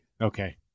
Okay